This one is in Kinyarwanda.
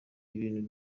ibintu